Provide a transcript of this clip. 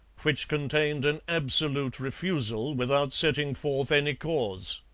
which contained an absolute refusal without setting forth any cause?